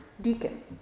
deacon